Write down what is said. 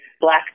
black